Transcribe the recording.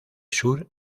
sur